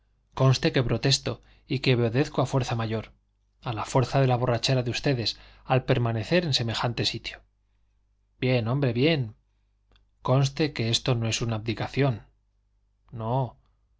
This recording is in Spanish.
a orgaz conste que protesto y que obedezco a fuerza mayor a la fuerza de la borrachera de ustedes al permanecer en semejante sitio bien hombre bien conste que esto no es una abdicación no